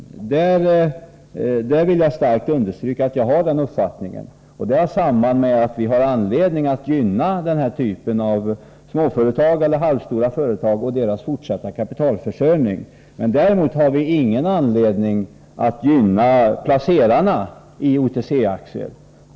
Jag vill starkt understryka att jag har den uppfattningen, och det har samband med att vi har anledning att gynna den här typen av småföretag eller halvstora företag och deras fortsatta kapitalförsörjning. Däremot har vi ingen anledning att gynna placerarna i OTC-aktier.